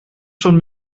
schon